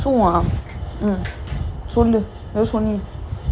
so ah mm six months to go